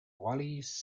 valleys